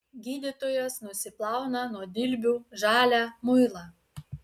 gydytojas nusiplauna nuo dilbių žalią muilą